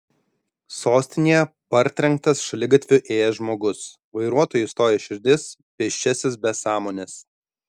sostinėje partrenktas šaligatviu ėjęs žmogus vairuotojui stoja širdis pėsčiasis be sąmonės